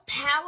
Power